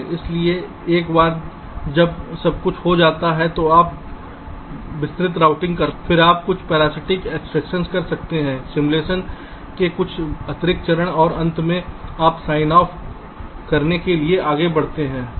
इसलिए एक बार जब सब कुछ हो जाता है तो आप विस्तृत रूटिंग करते हैं फिर आप कुछ पैरासिटिक एक्सट्रैक्शन कर सकते हैं सिमुलेशन के कुछ अतिरिक्त चरण और अंत में आप साइन ऑफ करने के लिए आगे बढ़ते हैं